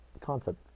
concept